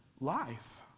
life